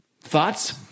thoughts